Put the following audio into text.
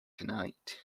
tonight